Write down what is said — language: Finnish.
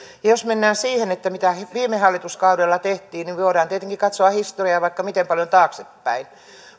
jos mennään siihen mitä viime hallituskaudella tehtiin niin voidaan tietenkin katsoa historiaa vaikka miten paljon taaksepäin